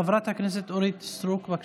חברת הכנסת אורית סטרוק, בבקשה.